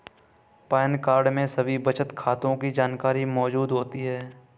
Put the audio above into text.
pan card में सभी बचत खातों की जानकारी मौजूद होती है